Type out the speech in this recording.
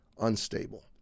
unstable